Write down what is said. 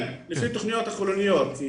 כן, לפי תכניות הכוללניות.